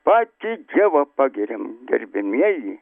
patį dievą pagyriam gerbiamieji